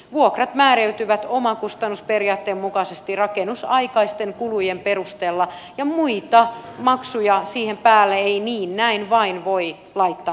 vuokrat määräytyvät omakustannusperiaatteen mukaisesti rakennusaikaisten kulujen perusteella ja muita maksuja siihen päälle ei niin ja näin vain voi laittaa päälle